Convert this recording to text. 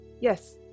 Yes